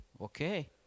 Okay